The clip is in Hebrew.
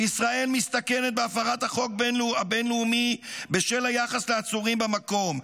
שישראל מסתכנת בהפרת החוק הבין לאומי בשל היחס לעצורים במקום.